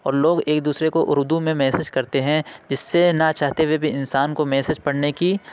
اور لوگ ایک دوسرے کو اُردو میں میسیج کرتے ہیں جس سے نہ چاہتے ہوئے بھی انسان کو میسیج پڑھنے کی